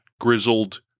grizzled